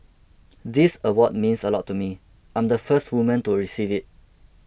this award means a lot to me I'm the first woman to receive it